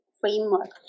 framework